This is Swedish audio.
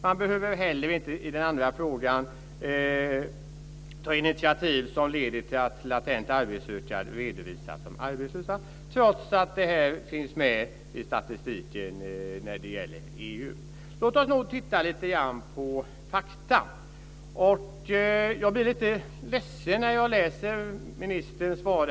Man behöver heller inte - i den andra frågan - ta initiativ som leder till att latent arbetssökande redovisas som arbetslösa trots att de finns med i statistiken när det gäller EU. Låt oss då titta lite grann på fakta. Jag blir lite ledsen när jag läser ministerns svar.